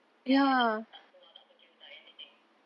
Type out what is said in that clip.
ya tak tak keluar tak kerja tak anything